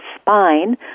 spine